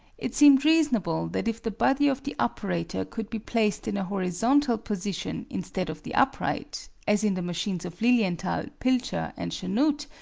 it seemed reasonable that if the body of the operator could be placed in a horizontal position instead of the upright, as in the machines of lilienthal, pilcher and chanute,